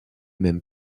mêmes